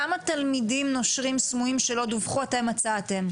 כמה תלמידים נושרים סמויים שלא דווחו מצאתם?